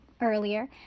earlier